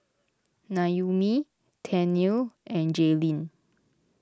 Noemi Tennille and Jaylyn